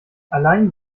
allein